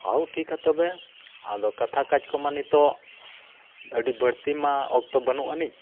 ᱛᱟᱣ ᱴᱷᱤᱠᱟ ᱛᱚᱵᱮ ᱟᱫᱚ ᱠᱟᱛᱷᱟ ᱠᱟᱡᱽ ᱠᱚᱢᱟ ᱱᱤᱛᱳᱜ ᱟᱹᱰᱤ ᱵᱟᱹᱲᱛᱤ ᱢᱟ ᱚᱠᱛᱚ ᱵᱟᱹᱱᱩᱜ ᱟᱹᱱᱤᱡ